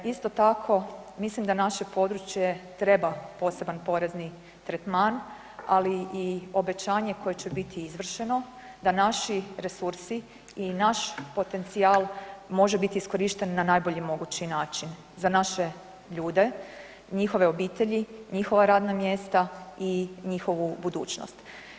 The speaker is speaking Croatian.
Isto tako mislim da naše područje treba poseban porezni tretman, ali i obećanje koje će biti izvršeno da naši resursi i naš potencijal može biti iskorišten na najbolji mogući način za naše ljude, njihove obitelji, njihova radna mjesta i njihovu budućnost.